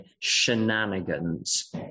shenanigans